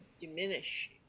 diminish